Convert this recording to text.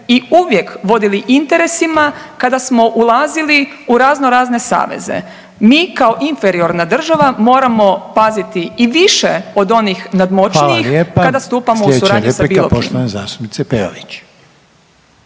i uvijek vodili interesima kada smo ulazili u raznorazne saveze. Mi kao inferiorna država moramo paziti i više od onih nadmoćnijih kada stupamo u suradnju sa bilo kim.